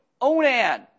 Onan